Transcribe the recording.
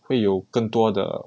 会有更多的